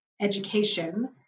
education